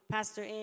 Pastor